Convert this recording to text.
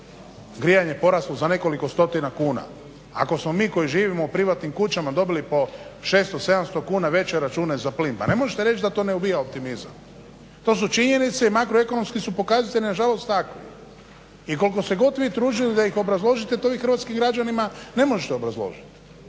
grijanje poraslo za nekoliko stotina kuna, ako smo mi koji živimo u privatnim kućama dobili po 600, 700 kuna veće račune za plin pa ne možete reći da to ne ubija optimizam. To su činjenice i makroekonomski su pokazatelji nažalost takvi i koliko se god vi trudili da ih obrazložite to vi hrvatskim građanima ne možete obrazložit.